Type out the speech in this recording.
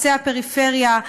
קצה הפריפריה.